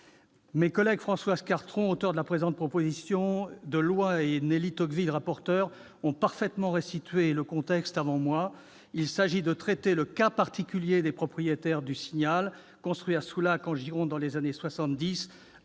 Mes collègues Françoise Cartron, auteur de la présente proposition de loi, et Nelly Tocqueville, rapporteur, ont parfaitement restitué le contexte avant moi : il s'agit de traiter le cas particulier des propriétaires de l'immeuble Le Signal construit à Soulac-sur-Mer, en Gironde, dans les années